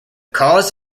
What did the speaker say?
cause